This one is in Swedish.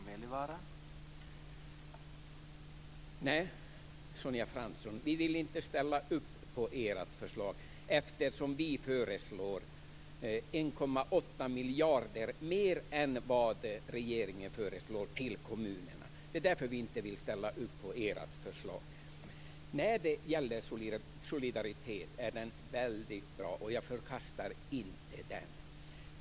Herr talman! Nej, Sonja Fransson, vi vill inte ställa upp på ert förslag därför att vi föreslår 1,8 miljarder mer än regeringen till kommunerna. Det är därför vi inte vill ställa upp på ert förslag. Solidaritet är väldigt bra. Jag förkastar inte den.